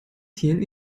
tieren